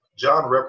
John